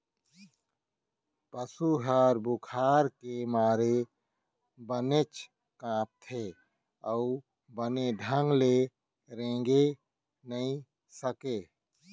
पसु ह बुखार के मारे बनेच कांपथे अउ बने ढंग ले रेंगे नइ सकय